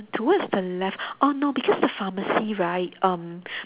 towards the left orh no because the pharmacy right um